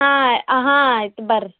ಹಾಂ ಆ ಹಾಂ ಆಯ್ತು ಬರ್ರಿ